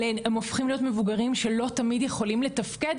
הם הופכים להיות מבוגרים שלא תמיד יכולים לתפקד,